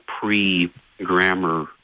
pre-grammar